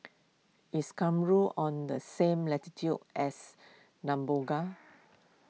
is Cameroon on the same latitude as Namibia